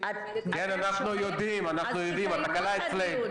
הרי יש הנחיות שילדים שמגיעים בני נוער במקרה הזה,